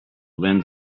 lens